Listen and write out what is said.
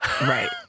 Right